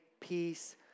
peace